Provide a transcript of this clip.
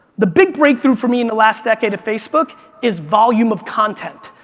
the big breakthrough for me in the last decade of facebook is volume of content.